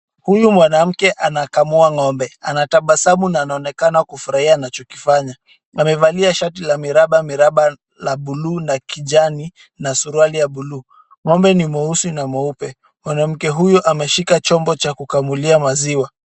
Huyu mwanamke anakamua ng'ombe. Anatabasamu na anaonekana kufurahia anachokifanya. Amevalia shati ya mirabamiraba la buluu kijani na suruali ya buluu. Ng'ombe ni mweusi na mweupe. Mwanamke huyu ameshika chombo cha kukamulia maziwa.